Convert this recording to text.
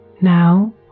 Now